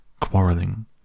Quarrelling